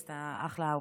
היא עשתה אחלה הופעה,